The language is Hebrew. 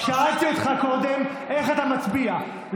שאלתי אותך קודם איך אתה מצביע.